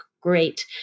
great